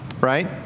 right